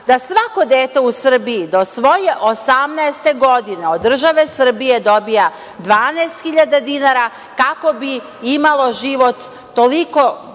da svako dete u Srbiji do svoje 18 godine od države Srbije dobija 12.000 dinara, kako bi imalo život koliko